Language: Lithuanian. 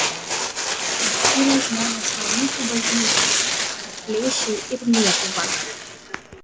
atskyrei žmones nuo mūsų bažnyčios atplėšei ir lietuvą